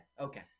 okay